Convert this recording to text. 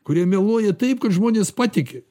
kurie meluoja taip kad žmonės patiki